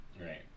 Right